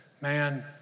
man